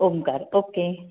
Omkar okay